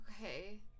Okay